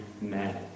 men